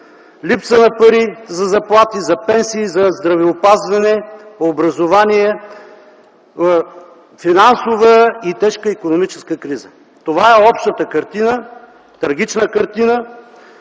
липса на пари за заплати, за пенсии, за здравеопазване, образование, финансова и тежка икономическа криза. Това е общата картина – трагична картина,